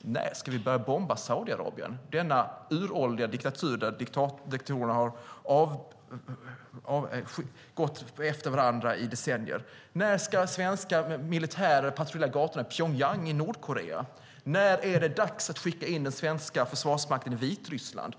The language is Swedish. När ska vi börja bomba Saudiarabien, denna uråldriga diktatur där diktatorerna har kommit efter varandra i decennier? När ska svenska militärer patrullera gatorna i Pyongyang i Nordkorea? När är det dags att skicka in den svenska försvarsmakten i Vitryssland?